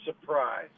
surprise